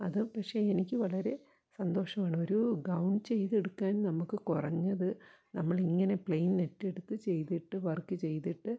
അത് പക്ഷേ എനിക്ക് വളരെ സന്തോഷമാണ് ഒരു ഗൗൺ ചെയ്തെടുക്കാൻ നമുക്ക് കുറഞ്ഞത് നമ്മൾ ഇങ്ങനെ പ്ലെയിൻ നെറ്റെടുത്ത് ചെയ്തിട്ട് വർക്ക് ചെയ്തിട്ട്